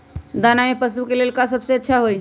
दाना में पशु के ले का सबसे अच्छा होई?